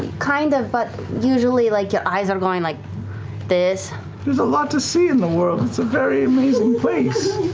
kind of, but usually like your eyes are going like this. sam there's a lot to see in the world. it's a very amazing place.